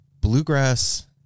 bluegrass